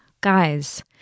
guys